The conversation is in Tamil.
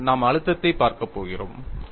விரைவில் நாம் அழுத்தத்தைப் பார்க்கப் போகிறோம்